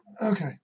Okay